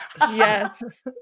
Yes